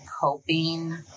coping